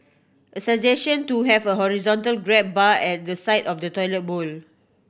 a suggestion to have a horizontal grab bar at the side of the toilet bowl